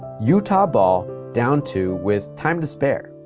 utah ball, down two with time to spare.